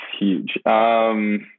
Huge